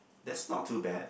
that's not too bad